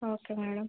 okay madam